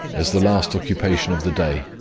as the last occupation of the day,